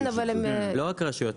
לא רק ברשויות.